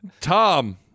Tom